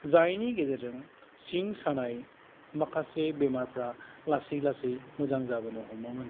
जायनि गेजेरजों सिं सानाय माखासे बेमारफ्रा लासै लासै मोजां जाबोनो हमो मोन